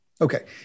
Okay